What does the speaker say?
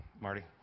Marty